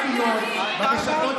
חושב.